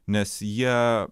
nes jie